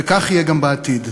וכך יהיה גם בעתיד.